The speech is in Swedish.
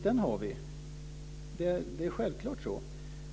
Det är självklart så.